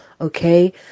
okay